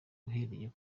uhereye